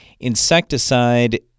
insecticide